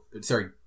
sorry